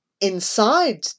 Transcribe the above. Inside